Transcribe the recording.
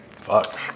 Fuck